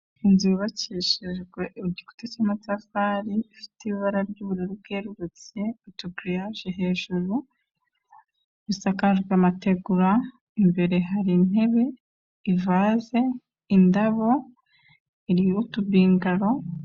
Inzu yubakishijwe igikuti cy'amatafari, ifite ibara ry'ubururu bwerurutse, utugiriyaje hejuru, isakajwe amategura, imbere hari intebe, ivaze, indabo, iriho utubingalo.